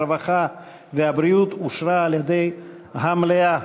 הרווחה והבריאות אושרה על-ידי המליאה.